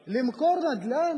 למכור נדל"ן?